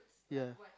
ya